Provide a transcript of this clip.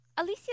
Alicia